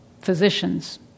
physicians